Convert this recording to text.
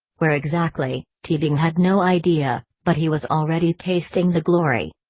where exactly, teabing had no idea, but he was already tasting the glory.